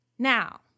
Now